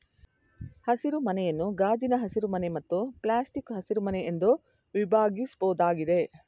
ಹಸಿರುಮನೆಯನ್ನು ಗಾಜಿನ ಹಸಿರುಮನೆ ಮತ್ತು ಪ್ಲಾಸ್ಟಿಕ್ಕು ಹಸಿರುಮನೆ ಎಂದು ವಿಭಾಗಿಸ್ಬೋದಾಗಿದೆ